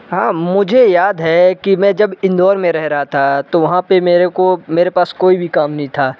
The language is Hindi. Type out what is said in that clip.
हाँ मुझे याद है कि मैं जब इंदौर में रह रहा था तो वहाँ पे मेरे को मेरे पास कोई भी कम नहीं था